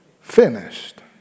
finished